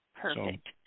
Perfect